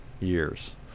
years